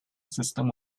system